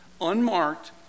Unmarked